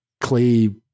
clay